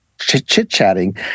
chit-chatting